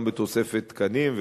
גם בתוספת תקנים,